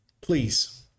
please